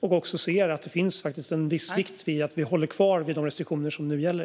Man måste se att det faktiskt är viktigt att vi håller kvar vid de restriktioner som nu gäller.